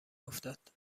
افتاد